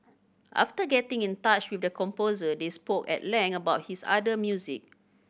after getting in touch with the composer they spoke at length about his other music